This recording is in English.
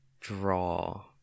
draw